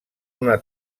una